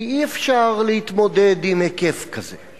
כי אי-אפשר להתמודד עם היקף כזה.